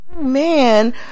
Man